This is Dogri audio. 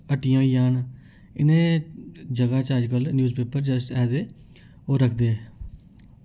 हट्टियां होई जान इ'नें जगहें च अजकल newspaper just as a ओह् रखदे